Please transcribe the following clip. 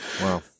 Wow